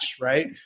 right